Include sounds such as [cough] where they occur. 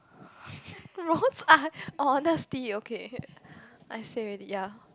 [breath] most are [laughs] honesty okay I say already ya